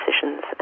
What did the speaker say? decisions